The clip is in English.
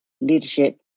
Leadership